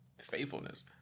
faithfulness